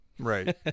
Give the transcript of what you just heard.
Right